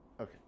okay